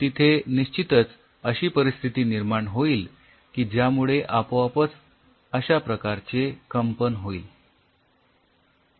पण तिथे निश्चितच अशी परिस्थिती निर्माण होईल की ज्यामुळे आपोआपच अश्या प्रकारचे कंपन होईल